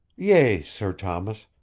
yea, sir thomas,